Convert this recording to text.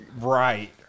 Right